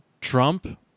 Trump